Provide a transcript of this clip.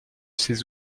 ces